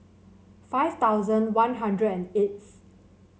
five thousand One Hundred and eighth